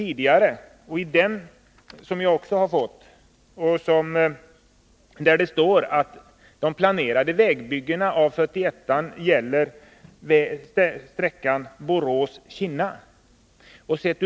I den versionen, som jag också har fått, talas det om den nya vägen mellan Borås och Kinna.